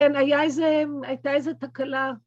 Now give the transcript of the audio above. ‫כן, היה איזה, הייתה איזה תקלה.